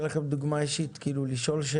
כי לא משנה מה נעשה בייבוא,